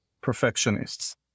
perfectionists